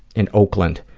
in oakland,